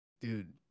Dude